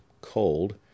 cold